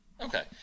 Okay